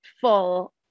full